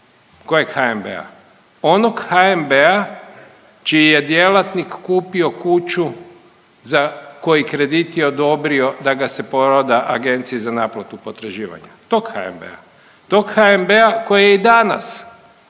Kojeg HNB-a? Onog HNB-a čiji je djelatnik kupi kuću za koji kredit je odobrio da ga se proda agenciji za naplatu potraživanja. Tog HNB-a. Tog HNB-a koji je i danas